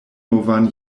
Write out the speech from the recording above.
novan